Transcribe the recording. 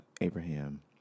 Abraham